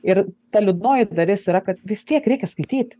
ir ta liūdnoji dalis yra kad vis tiek reikia skaityt